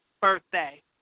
birthday